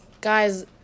Guys